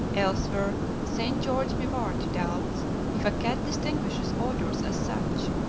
elsewhere st. george mivart doubts if a cat distinguishes odors as such.